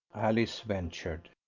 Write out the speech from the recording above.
alice ventured.